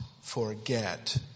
forget